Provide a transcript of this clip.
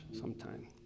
sometime